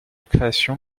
création